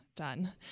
done